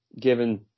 given